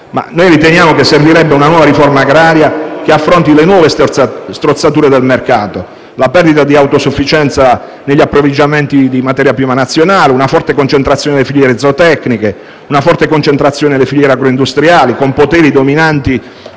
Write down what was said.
Noi riteniamo indispensabile una nuova riforma agraria che affronti le nuove strozzature del mercato: la perdita di autosufficienza negli approvvigionamenti di materia prima nazionale; una forte concentrazione nelle filiere zootecniche; una forte concentrazione nelle filiere agroindustriali, con poteri dominanti